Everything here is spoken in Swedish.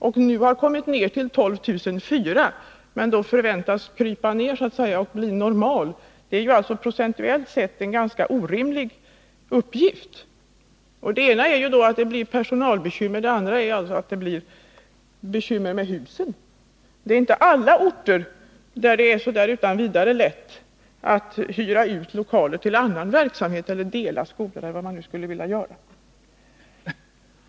Nu har man kommit ned till 12 400, men att därifrån krypa ned och bli ”normal”, dvs. under 7 500, är en procentuellt sett ganska orimlig uppgift. Man får personalbekymmer, men man får också bekymmer med husen. Det är inte på alla orter man utan vidare kan hyra ut lokaler till annan verksamhet eller dela skolan.